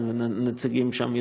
הנציגים שם,